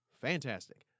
Fantastic